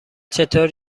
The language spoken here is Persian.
چطور